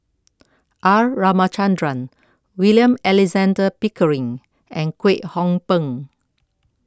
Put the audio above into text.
R Ramachandran William Alexander Pickering and Kwek Hong Png